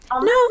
No